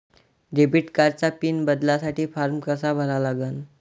Debit कार्डचा pin बदलासाठी form कसा भरा लागन?